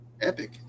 Epic